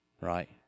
Right